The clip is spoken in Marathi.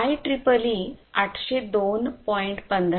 आयट्रिपलइ 802